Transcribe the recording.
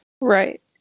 Right